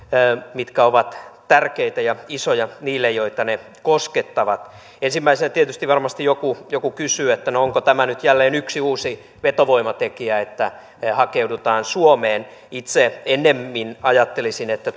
mitkä ovat tärkeitä ja isoja heille joita ne koskettavat tietysti ensimmäisenä varmasti joku joku kysyy onko tämä nyt jälleen yksi uusi vetovoimatekijä että hakeudutaan suomeen itse ennemmin ajattelisin että